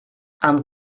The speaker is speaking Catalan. amb